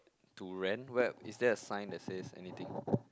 to rent where is there a sign that says anything